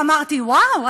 אמרתי: וואו,